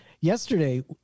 yesterday